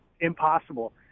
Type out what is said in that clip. impossible